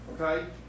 okay